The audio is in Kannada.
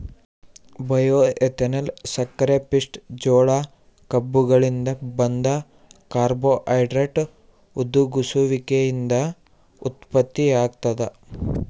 ಬಯೋಎಥೆನಾಲ್ ಸಕ್ಕರೆಪಿಷ್ಟ ಜೋಳ ಕಬ್ಬುಗಳಿಂದ ಬಂದ ಕಾರ್ಬೋಹೈಡ್ರೇಟ್ ಹುದುಗುಸುವಿಕೆಯಿಂದ ಉತ್ಪತ್ತಿಯಾಗ್ತದ